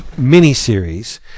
miniseries